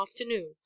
afternoon